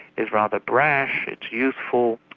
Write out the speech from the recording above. is rather brash, it's youthful,